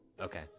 okay